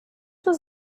was